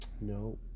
No